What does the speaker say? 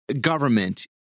government